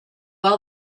all